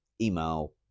email